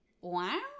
Wow